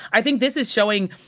i think this is showing,